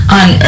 on